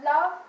love